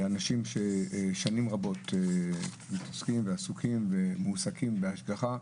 אנשים ששנים רבות עסוקים, ומועסקים בהשגחה,